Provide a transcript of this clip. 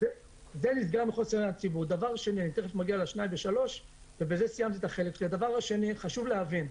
דבר שני, חשוב להבין,